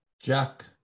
Jack